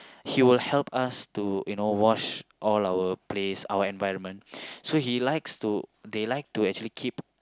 he will help us to you know wash all our place our environment so he likes to they like to actually keep